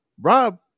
Rob